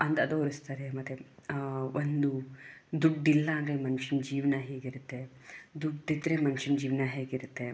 ಅಂತ ತೋರಿಸ್ತಾರೆ ಮತ್ತೆ ಒಂದು ದುಡ್ಡಿಲ್ಲ ಅಂದ್ರೆ ಮನುಷ್ಯನ ಜೀವನ ಹೇಗಿರುತ್ತೆ ದುಡ್ಡಿದ್ದರೆ ಮನುಷ್ಯನ ಜೀವನ ಹೇಗಿರುತ್ತೆ